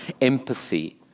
empathy